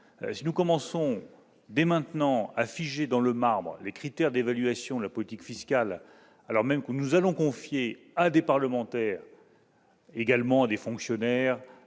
Si nous commençons dès maintenant à figer dans le marbre les critères d'évaluation de la politique fiscale, alors même que nous allons confier à des parlementaires, à des fonctionnaires